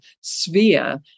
sphere